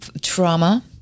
trauma